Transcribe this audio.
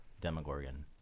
demogorgon